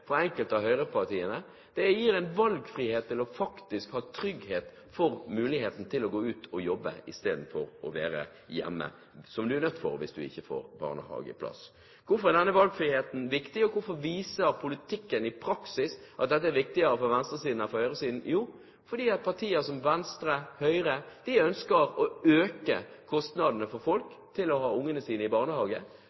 fra enkelte av høyrepartiene. Det gir en valgfrihet faktisk å ha trygghet for muligheten til å gå ut og jobbe istedenfor å være hjemme, som man er nødt til hvis man ikke får barnehageplass. Hvorfor er denne valgfriheten viktig? Og hvorfor viser politikken i praksis at dette er viktigere for venstresiden enn for høyresiden? Jo, fordi partier som Venstre og Høyre ønsker å øke kostnadene for folk